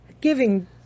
giving